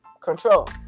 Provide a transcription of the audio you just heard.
control